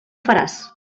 faràs